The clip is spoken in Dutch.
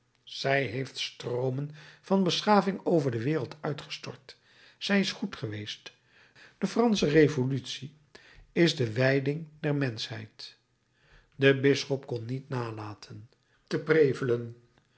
zij heeft stroomen van beschaving over de wereld uitgestort zij is goed geweest de fransche revolutie is de wijding der menschheid de bisschop kon niet nalaten te prevelen